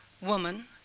woman